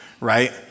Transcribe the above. Right